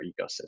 ecosystem